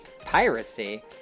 piracy